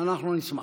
אנחנו נשמח.